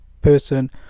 person